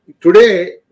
Today